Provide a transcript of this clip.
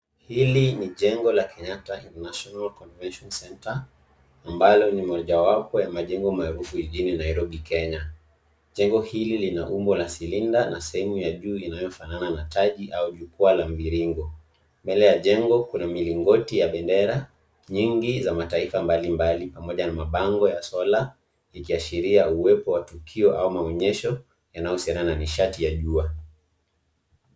Hili ni jengo la Kenyatta National Convention Centre ambalo ni mojawapo ya majengo maarafu jijini Nairobi Kenya. Jengo hili lina umbo la silinda na sehemu ya juu inayofanana na taji au jukwaa la mviringo. Mbele ya jengo kuna milingoti ya bendera nyingi za mataifa mbalimbali pamoja na mabango ya solar ikiashiria uwepo wa tukio ama maonyesho yanayohusiana na nishati ya jua.